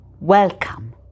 welcome